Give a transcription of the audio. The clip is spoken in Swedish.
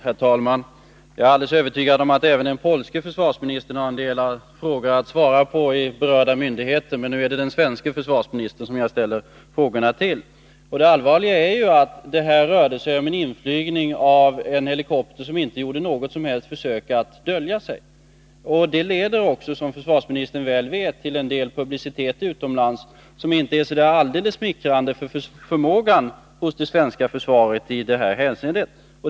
Herr talman! Jag är alldeles övertygad om att även den polska försvarsministern har en del frågor att svara på till berörda myndigheter, men nu är det den svenske försvarsministern som jag ställer frågorna till. Det allvarliga är ju att det här rörde sig om en inflygning av en helikopter som inte gjorde något som helst försök att dölja sig. Det leder också, som försvarsministern väl vet, till en del publicitet utomlands, som inte är så där alldeles smickrande för förmågan hos det svenska försvaret i detta hänseende.